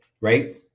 right